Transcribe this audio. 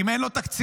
אם אין לו תקציב,